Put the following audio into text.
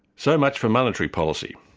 so much for monetary policy.